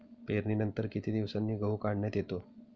पेरणीनंतर किती दिवसांनी गहू काढण्यात येतो?